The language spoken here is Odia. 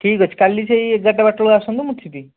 ଠିକ୍ ଅଛି କାଲି ସେଇ ଏଗାରଟା ବାରଟା ବେଳକୁ ଆସନ୍ତୁ ମୁଁ ଥିବି